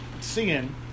seeing